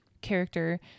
character